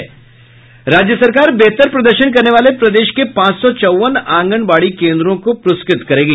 राज्य सरकार बेहतर प्रदर्शन करने वाले प्रदेश के पांच सौ चौवन आंगनबाड़ी केन्द्रों को पुरस्कृत करेगी